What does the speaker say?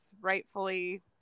rightfully